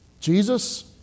Jesus